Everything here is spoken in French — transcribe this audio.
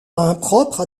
impropre